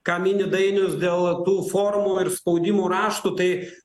ką mini dainius dėl tų formų ir spaudimų raštų tai